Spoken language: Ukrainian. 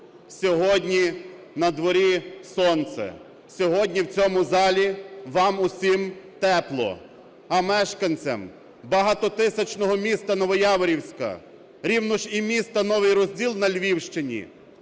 сьогодні на дворі сонце, сьогодні в цьому залі вам всім тепло, а мешканцям багатотисячного міста Новояворівська, рівно ж і міста Новий Розділ на Львівщині,